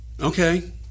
Okay